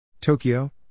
Tokyo